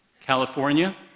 California